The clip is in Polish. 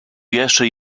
jeszcze